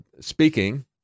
speaking